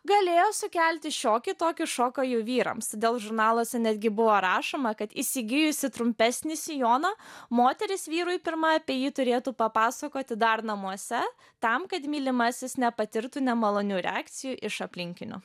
galėjo sukelti šiokį tokį šoką jų vyrams dėl žurnaluose netgi buvo rašoma kad įsigijusi trumpesnį sijoną moteris vyrui pirma apie jį turėtų papasakoti dar namuose tam kad mylimasis nepatirtų nemalonių reakcijų iš aplinkinių